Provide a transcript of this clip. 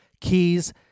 Keys